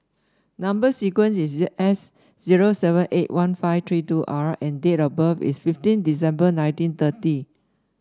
number sequence is S zero seven eight one five three two R and date of birth is fifteen December nineteen thirty